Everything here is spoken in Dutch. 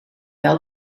wel